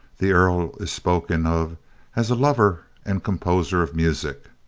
the earl is spoken of as a lover and composer of music.